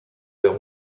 leur